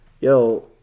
Yo